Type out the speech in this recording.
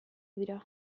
dira